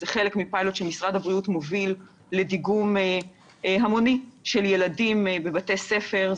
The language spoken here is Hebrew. זה חלק מפיילוט שמשרד הבריאות מוביל לדיגום המוני של ילדים בבתי ספר.